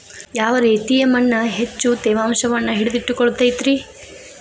ಯಾವ ರೇತಿಯ ಮಣ್ಣ ಹೆಚ್ಚು ತೇವಾಂಶವನ್ನ ಹಿಡಿದಿಟ್ಟುಕೊಳ್ಳತೈತ್ರಿ?